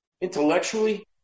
intellectually